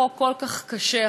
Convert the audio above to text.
חוק כל כך קשה,